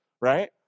right